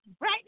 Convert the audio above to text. right